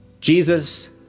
Jesus